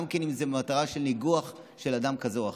גם אם זה למטרה של ניגוח של אדם כזה או אחר.